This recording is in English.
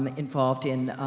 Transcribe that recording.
um involved in,